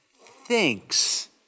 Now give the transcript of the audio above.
thinks